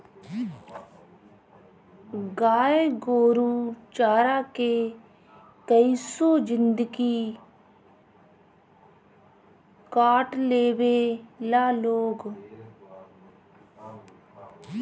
गाय गोरु चारा के कइसो जिन्दगी काट लेवे ला लोग